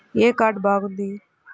ఏ card బాగుంది?